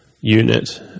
unit